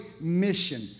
mission